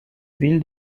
ville